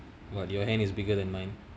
but your hand is bigger than mine